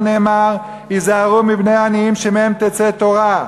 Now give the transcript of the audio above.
נאמר: "היזהרו בבני עניים שמהם תצא תורה".